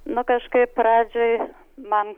nu kažkaip pradžioj man